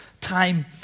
time